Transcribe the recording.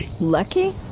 Lucky